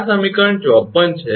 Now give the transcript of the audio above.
આ સમીકરણ 54 છે